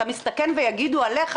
אתה מסתכן ויגידו עליך,